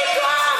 פתאום,